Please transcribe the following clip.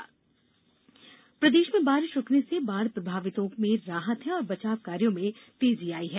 बाढ़ स्थिति प्रदेश में बारिश रूकने से बाढ़ प्रभावितों इलाकों में राहत है और बचाव कार्यो में तेजी आई है